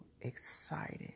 excited